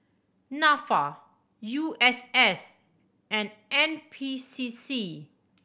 Nafa U S S and N P C C